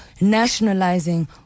nationalizing